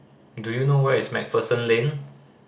do you know where is Macpherson Lane